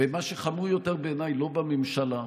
ומה שחמור יותר בעיניי, לא בממשלה,